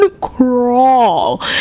crawl